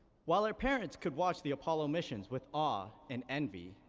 while our parents could watch the apollo missions with awe and envy,